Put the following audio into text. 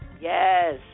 Yes